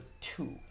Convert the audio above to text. two